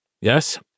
Yes